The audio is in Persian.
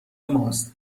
ماست